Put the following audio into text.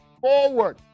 forward